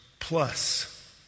plus